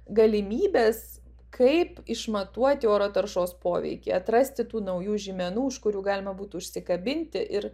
galimybes kaip išmatuoti oro taršos poveikį atrasti tų naujų žymenų už kurių galima būtų užsikabinti ir